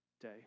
day